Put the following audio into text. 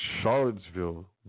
Charlottesville